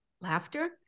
laughter